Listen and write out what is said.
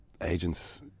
agents